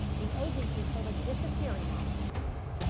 the agency pulled a disappearing act on us.